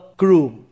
groom